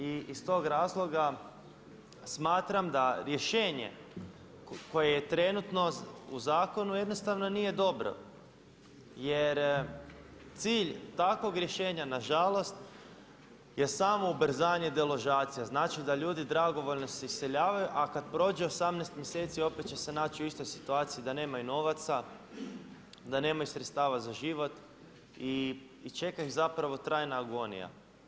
I iz tog razloga smatram da rješenje koje je trenutno u zakonu jednostavno nije dobro jer cilj takvog rješenja nažalost je samo ubrzanje deložacija, znači da ljudi dragovoljno se iseljavaju, a kada prođe 18 mjeseci opet će se naći u istoj situaciji da nemaju novaca, da nemaju sredstava za život i čeka ih trajna agonija.